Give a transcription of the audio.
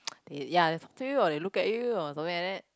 they ya field while they look at you or something like that